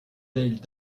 belle